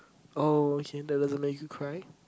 oh okay that doesn't make you cry